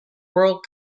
world